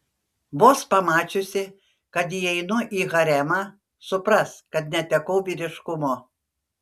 vos pamačiusi kad įeinu į haremą supras kad netekau vyriškumo